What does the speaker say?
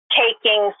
taking